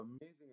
amazing